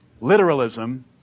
literalism